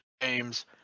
games